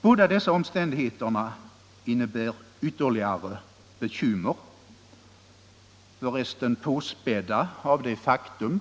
Båda dessa omständigheter innebär ytterligare bekymmer, för resten påspädda av det faktum